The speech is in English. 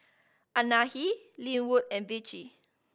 Anahi Linwood and Vicie